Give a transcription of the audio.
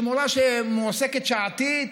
מורה שמועסקת שעתית,